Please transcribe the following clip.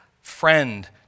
friend